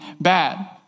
bad